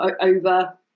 over